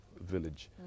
village